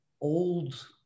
old